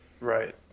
Right